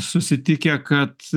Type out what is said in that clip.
susitikę kad